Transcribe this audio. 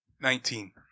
Nineteen